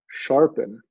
sharpen